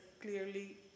clearly